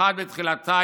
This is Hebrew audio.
במיוחד בתחילתה.